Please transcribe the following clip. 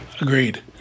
Agreed